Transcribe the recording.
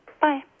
Bye